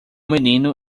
menino